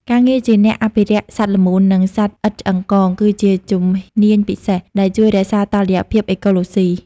ការងារជាអ្នកអភិរក្សសត្វល្មូន និងសត្វឥតឆ្អឹងកង គឺជាជំនាញពិសេសដែលជួយរក្សាតុល្យភាពអេកូឡូស៊ី។